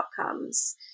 outcomes